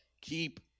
keep